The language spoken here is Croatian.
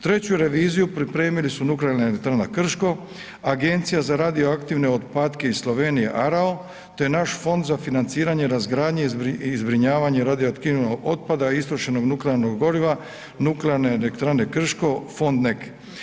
Treću reviziju pripremili su Nuklearna elektrana Krško, Agencija za radioaktivne otpatke iz Slovenije, ARAO, te naš Fond za financiranje razgradnje i zbrinjavanje radioaktivnog otpada istrošenog nuklearnog goriva Nuklearne elektrane Krško, fond NEK.